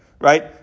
Right